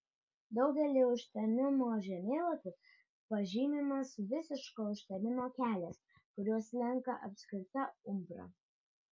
daugelyje užtemimo žemėlapių pažymimas visiško užtemimo kelias kuriuo slenka apskrita umbra